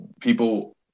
people